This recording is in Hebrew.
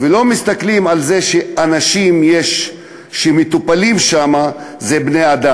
ולא מסתכלים על זה שמטופלים שם בני-אדם.